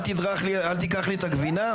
אל תיקח לי את הגבינה?